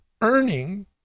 earning